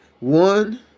One